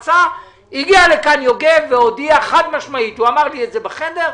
כהגיע לכאן יוגב והודיע חד-משמעית הוא אמר לי את זה בחדר,